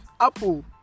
Apple